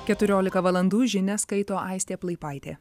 keturiolika valandų žinias skaito aistė plaipaitė